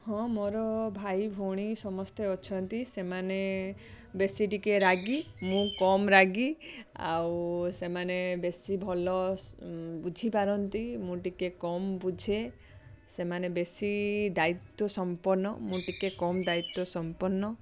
ହଁ ମୋର ଭାଇ ଭଉଣୀ ସମସ୍ତେ ଅଛନ୍ତି ସେମାନେ ବେଶୀ ଟିକେ ରାଗି ମୁଁ କମ୍ ରାଗି ଆଉ ସେମାନେ ବେଶୀ ଭଲ ସ୍ ବୁଝିପାରନ୍ତି ମୁଁ ଟିକେ କମ୍ ବୁଝେ ସେମାନେ ବେଶୀ ଦାୟିତ୍ଵ ସମ୍ପନ୍ନ ମୁଁ ଟିକେ କମ୍ ଦାୟିତ୍ଵ ସମ୍ପନ୍ନ